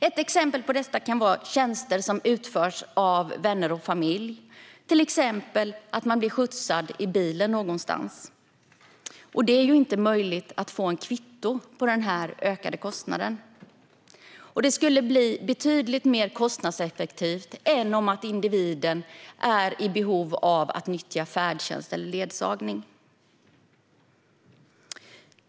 Ett exempel på detta kan vara tjänster som utförs av vänner och familj, till exempel att man blir skjutsad någonstans i bil. Då är det ju inte möjligt att få kvitto på den ökade kostnaden. Detta skulle bli betydligt mer kostnadseffektivt än att individen behöver nyttja färdtjänst eller ledsagning.